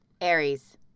Aries